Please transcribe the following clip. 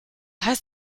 heißt